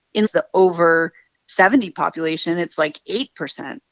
in the over seventy population, it's, like, eight percent.